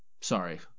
Sorry